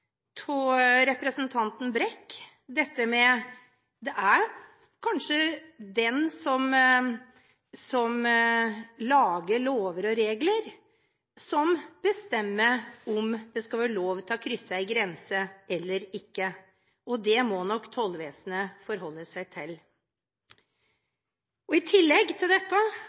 representanten Brekk om at det er den som lager lover og regler, som skal bestemme om det skal være lov til å krysse grensen eller ikke. Det må nok Tollvesenet forholde seg til. I tillegg til dette